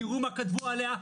תראו מה כתבו עליה,